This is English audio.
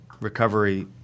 recovery